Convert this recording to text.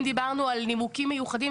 אם דיברנו על נימוקים מיוחדים,